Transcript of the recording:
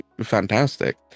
fantastic